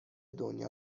دنیا